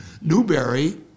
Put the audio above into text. Newberry